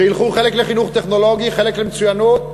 שילכו חלק לחינוך טכנולוגי, חלק למצוינות.